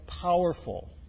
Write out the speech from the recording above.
powerful